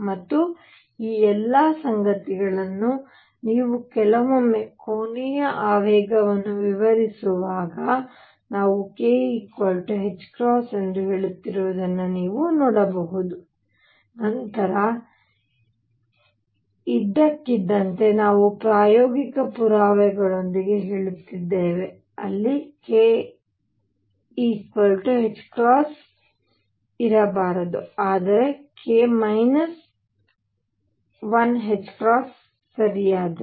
ಮತ್ತು ಈ ಎಲ್ಲ ಸಂಗತಿಗಳನ್ನು ನೀವು ಕೆಲವೊಮ್ಮೆ ಕೋನೀಯ ಆವೇಗವನ್ನು ವಿವರಿಸುವಾಗ ನಾವು k ಎಂದು ಹೇಳುತ್ತಿರುವುದನ್ನು ನೀವು ನೋಡಬಹುದು ನಂತರ ಇದ್ದಕ್ಕಿದ್ದಂತೆ ನಾವು ಪ್ರಾಯೋಗಿಕ ಪುರಾವೆಗಳೊಂದಿಗೆ ಹೇಳುತ್ತಿದ್ದೇವೆ ಅಲ್ಲಿ kk ಇರಬಾರದು ಆದರೆ k 1 ಸರಿಯಾದ್ದದು